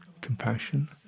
compassion